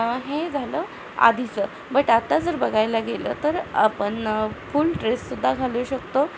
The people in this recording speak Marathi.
हे झालं आधीचं बट आता जर बघायला गेलं तर आपण फुल ड्रेस सुद्धा घालू शकतो